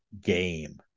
Game